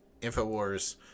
Infowars